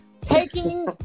taking